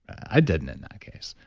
i didn't in that case.